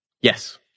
Yes